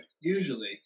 usually